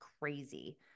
crazy